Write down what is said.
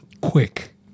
quick